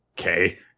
okay